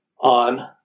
on